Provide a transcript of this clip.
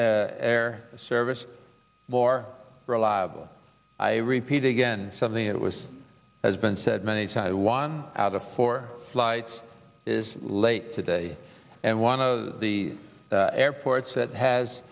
air service more reliable i repeat again something that was has been said many taiwan out of four flights is late today and one of the airports that has